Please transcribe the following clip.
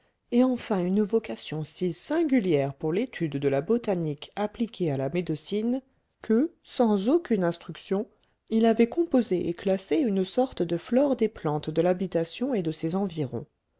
et enfin une vocation si singulière pour l'étude de la botanique appliquée à la médecine que sans aucune instruction il avait composé et classé une sorte de flore des plantes de l'habitation et de ses environs